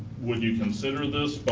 would you consider this?